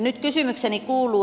nyt kysymykseni kuuluu